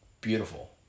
beautiful